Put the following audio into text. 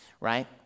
right